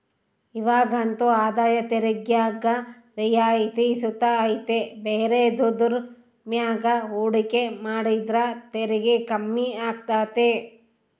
ಇವಾಗಂತೂ ಆದಾಯ ತೆರಿಗ್ಯಾಗ ರಿಯಾಯಿತಿ ಸುತ ಐತೆ ಬೇರೆದುರ್ ಮ್ಯಾಗ ಹೂಡಿಕೆ ಮಾಡಿದ್ರ ತೆರಿಗೆ ಕಮ್ಮಿ ಆಗ್ತತೆ